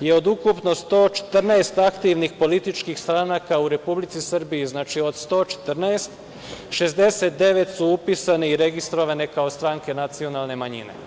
je od ukupno 114 aktivnih političkih stranaka u Republici Srbiji, znači od 114, dalje 69 su upisane i registrovane kao stranke nacionalne manjine.